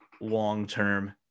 long-term